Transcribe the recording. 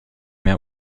mehr